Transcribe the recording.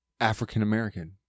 African-American